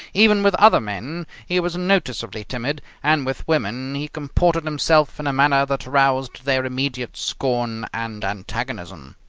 even with other men he was noticeably timid, and with women he comported himself in a manner that roused their immediate scorn and antagonism.